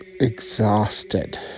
exhausted